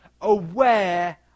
aware